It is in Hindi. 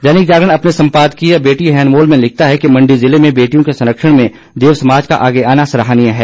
दैनिक जागरण अपने सम्पादकीय बेटी है अनमोल में लिखता है कि मंडी ज़िले में बेटियों के संरक्षण में देव समाज का आगे आना सराहनीय है